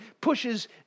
pushes